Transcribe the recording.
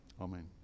Amen